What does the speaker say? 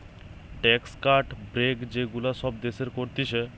tax cut, break যে গুলা সব দেশের করতিছে